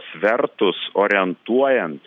svertus orientuojant